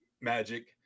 magic